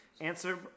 Answer